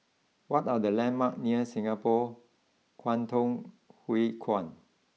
what are the landmarks near Singapore Kwangtung Hui Kuan